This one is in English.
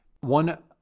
one